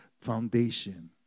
foundation